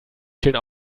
vielen